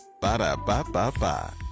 Ba-da-ba-ba-ba